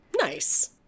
nice